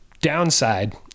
downside